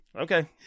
okay